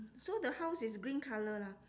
so the house is green colour lah